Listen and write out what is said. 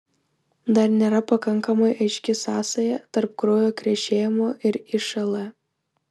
dar nėra pakankamai aiški sąsaja tarp kraujo krešėjimo ir išl